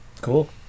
Cool